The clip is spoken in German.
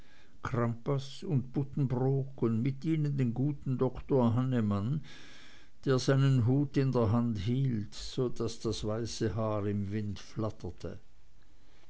crampas und buddenbrook und mit ihnen den guten doktor hannemann der seinen hut in der hand hielt so daß das weiße haar im winde flatterte